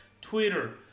Twitter